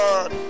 God